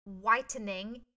whitening